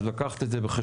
אז לקחת את זה בחשבון.